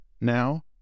Now